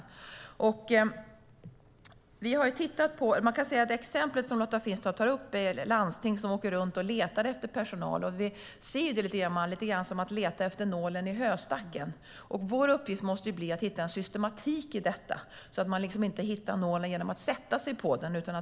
Lotta Finstorp tar upp exemplet där ett landsting åker runt och letar efter personal. Vi ser det lite som att leta efter nålen i höstacken, och vår uppgift måste bli att hitta en systematik i detta så att man inte hittar nålen genom att sätta sig på den.